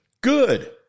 Good